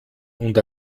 und